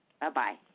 Bye-bye